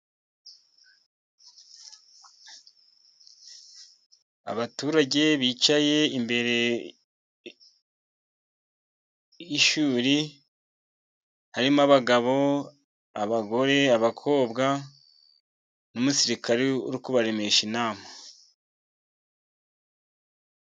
Abaturage bicaye imbere y'ishuri, harimo abagabo, abagore, abakobwa n'umusirikare ari kubaremesha inama.